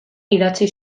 idatzi